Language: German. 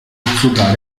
sogar